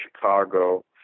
Chicago